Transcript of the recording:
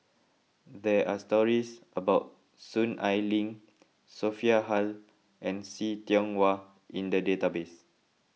there are stories about Soon Ai Ling Sophia Hull and See Tiong Wah in the database